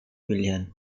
pilihan